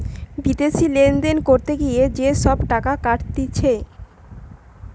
বিদেশি লেনদেন করতে গিয়ে যে সব টাকা কাটতিছে